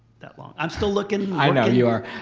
that long. i'm still looking. i know you are.